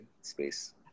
space